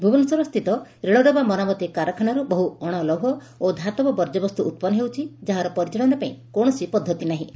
ଭୁବନେଶ୍ୱର ସ୍ଥିତ ରେଳଡବା ମରାମତି କାରଖାନାରୁ ବହୁ ଅଶଲୌହ ଓ ଧାତବ ବର୍କ୍ୟବସ୍କୁ ଉପିନ୍ନ ହେଉଛି ଯାହାର ପରିଚାଳନା ପାଇଁ କୌଣସି ପଦ୍ଧତି ନାହିଁ